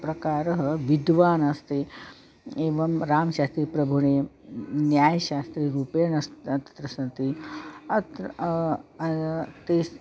प्रकारः विद्वान् अस्ति एवं रामशास्त्रीप्रभुणे न्यायशास्त्रीरूपेण स् तत्र सन्ति अत्र तेस्